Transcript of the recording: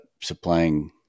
supplying